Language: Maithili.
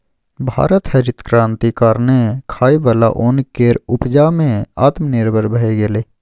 भारत हरित क्रांति कारणेँ खाइ बला ओन केर उपजा मे आत्मनिर्भर भए गेलै